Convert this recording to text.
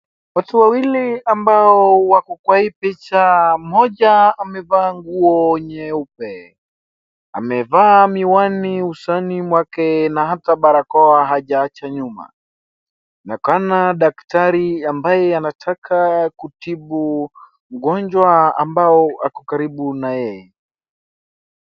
Watu wawili ambao wako kwa hii picha, mmoja amevaa nguo nyeupe, amevaa miwani usoni mwake na hata barakoa hajaacha nyuma. Inaonekana daktari ambaye anataka kutibu mgonjwa ambao ako karibu na yeye.